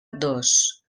dos